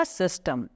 system